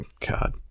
God